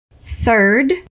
third